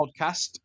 podcast